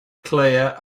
clear